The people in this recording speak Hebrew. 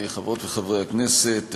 חברות וחברי הכנסת,